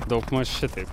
daugmaž šitaip